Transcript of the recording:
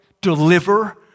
deliver